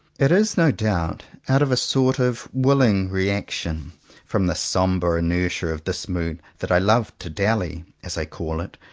it is no doubt out of a sort of willing re action from the sombre inertia of this mood that i love to dally, as i call it,